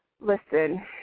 Listen